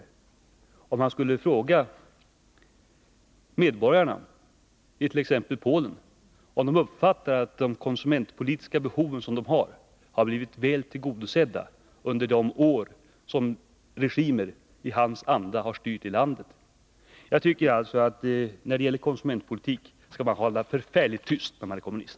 Vad tror han svaret skulle bli om han frågade medborgarna it.ex. Polen om de anser att deras konsumentpolitiska behov blivit väl tillgodosedda under de år som regimer i hans anda haft styret i landet? Jag tycker att när det gäller konsumentpolitik skall man hålla förfärligt tyst, om man är kommunist.